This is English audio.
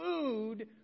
food